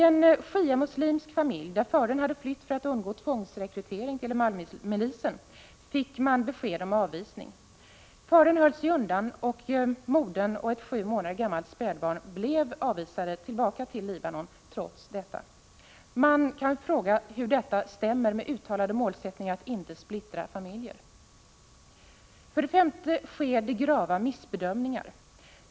En shiamuslimsk familj, där fadern hade flytt för att undgå tvångsrekrytering till Amalmilisen, fick besked om avvisning. Fadern höll sig undan, men modern och ett sju månader gammalt spädbarn blev trots detta tillbakavisade till Libanon. Man kan fråga sig hur detta stämmer med uttalade målsättningar att inte splittra familjer. För det femte sker det grava missbedömningar.